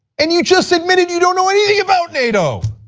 and you just admitted you don't know anything about nato.